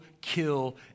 kill